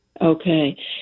Okay